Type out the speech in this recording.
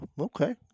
okay